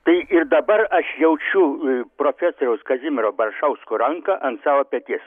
tai ir dabar aš jaučiu profesoriaus kazimiero baršausko ranką ant savo peties